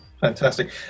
Fantastic